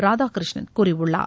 ராதாகிருஷ்ணன் கூறியுள்ளார்